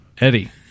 Eddie